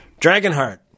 Dragonheart